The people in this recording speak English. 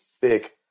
thick